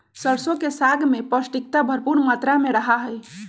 सरसों के साग में पौष्टिकता भरपुर मात्रा में रहा हई